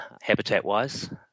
habitat-wise